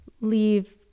leave